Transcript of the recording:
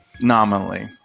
Nominally